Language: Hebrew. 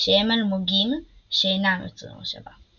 - שהם אלמוגים שאינם יוצרים מושבה.